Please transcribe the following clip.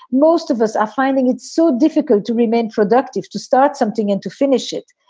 most of us are finding it so difficult to remain productive, to start something and to finish it.